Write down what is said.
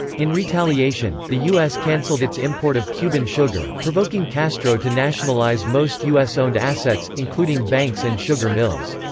in retaliation, the us canceled its import of cuban sugar, provoking castro to nationalize most us-owned assets, including banks and sugar mills.